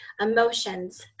emotions